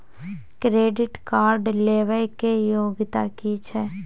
Credit card लेबै के योग्यता कि छै?